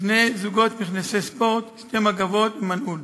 שני זוגות מכנסי ספורט, שתי מגבות, מנעול,